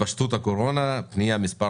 התפשטות הקורונה פנייה מס'